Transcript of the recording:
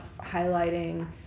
highlighting